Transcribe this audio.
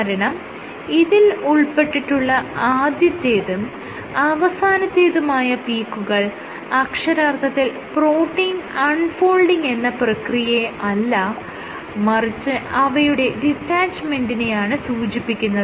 കാരണം ഇതിൽ ഉൾപ്പെട്ടിട്ടുള്ള ആദ്യത്തേതും അവസാനത്തേതുമായ പീക്കുകൾ അക്ഷരാർത്ഥത്തിൽ പ്രോട്ടീൻ അൺ ഫോൾഡിങ് എന്ന പ്രക്രിയയെ അല്ല മറിച്ച് അവയുടെ ഡിറ്റാച്ച്മെന്റിനെയാണ് സൂചിപ്പിക്കുന്നത്